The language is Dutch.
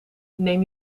neem